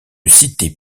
cité